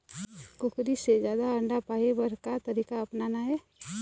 कुकरी से जादा अंडा पाय बर का तरीका अपनाना ये?